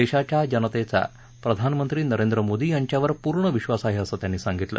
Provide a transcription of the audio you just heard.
देशाच्या जनतेचा प्रधानमंत्री नरेंद्र मोदी यांच्यावर पूर्ण विश्वास आहे असं त्यांनी सांगितलं